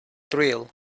thrill